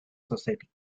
society